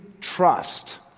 trust